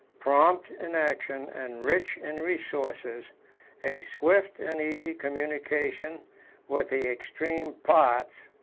prompt in action and rich in resources a swift and easy communication with the extreme parts